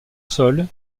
sol